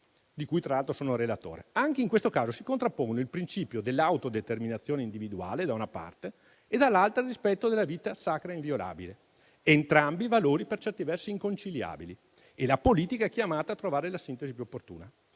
di cui, tra l'altro, sono relatore. Anche in questo caso si contrappongono il principio dell'autodeterminazione individuale, da una parte, e, dall'altra, il rispetto della vita sacra e inviolabile; entrambi i valori sono per certi versi inconciliabili e la politica è chiamata a trovare la sintesi più opportuna.